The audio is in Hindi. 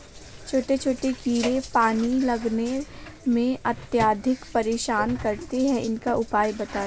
छोटे छोटे कीड़े पानी लगाने में अत्याधिक परेशान करते हैं इनका उपाय बताएं?